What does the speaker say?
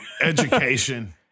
education